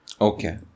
Okay